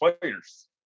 players